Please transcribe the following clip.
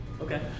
Okay